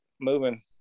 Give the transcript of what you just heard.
moving